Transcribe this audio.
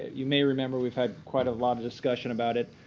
you may remember we've had quite a lot of discussion about it.